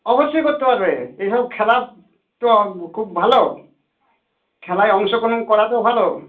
অবশ্যই করতে পারবে এই সব খেলা তো খুব ভালো খেলায় অংশগ্রহণ করা তো ভালো